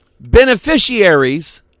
Beneficiaries